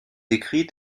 écrits